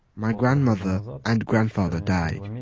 my grandmother and grandfather died, i mean